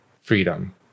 freedom